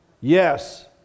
yes